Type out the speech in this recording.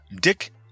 Dick